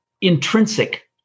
intrinsic